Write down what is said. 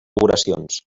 oracions